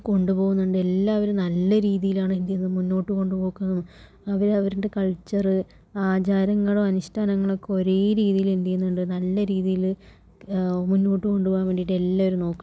കൊണ്ടുപോകുന്നുണ്ട് എല്ലാവരും നല്ല രീതിയിലാണ് എന്ത് ചെയ്യുന്നത് മുന്നോട്ടു കൊണ്ടുപോക്കും അവരവരുടെ കൾച്ചർ ആചാരങ്ങളും അനുഷ്ഠാനങ്ങളും ഒക്കെ ഒരേ രീതിയിൽ എന്ത് ചെയ്യുന്നുണ്ട് നല്ല രീതിയിൽ മുന്നോട്ടു കൊണ്ടുപോകാൻ വേണ്ടിയിട്ട് എല്ലാവരും നോക്ക്